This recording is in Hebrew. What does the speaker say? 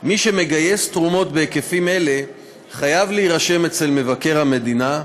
מי שמגייס תרומות בסכומים אלה חייב להירשם אצל מבקר המדינה,